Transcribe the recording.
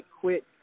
quit